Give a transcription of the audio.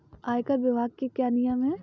आयकर विभाग के क्या नियम हैं?